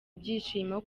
ibyishimo